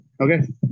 Okay